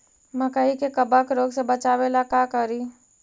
मकई के कबक रोग से बचाबे ला का करि?